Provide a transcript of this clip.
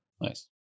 Nice